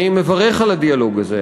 אני מברך על הדיאלוג הזה.